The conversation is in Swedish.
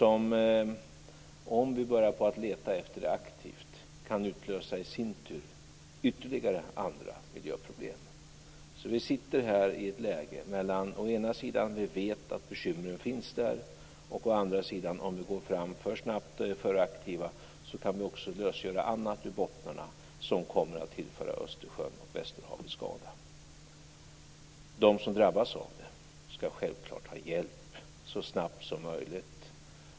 Om vi börjar leta efter dem aktivt kan det i sin tur utlösa andra miljöproblem. Vi sitter i ett läge där vi vet å ena sidan att bekymren finns och å andra sidan att vi också kan lösgöra annat ur bottnarna som kommer att tillföra Östersjön och västerhavet skada om vi går fram för snabbt och är för aktiva. De som drabbas av det skall självklart ha hjälp så snabbt som möjligt.